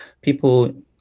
people